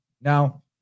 Now